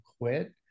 quit